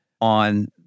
on